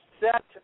set